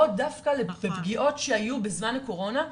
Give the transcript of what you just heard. לא דווקא בפגיעות שהיו בזמן הקורונה,